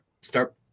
start